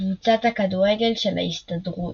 קבוצת הכדורגל של ההסתדרות,